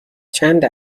چند